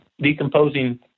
decomposing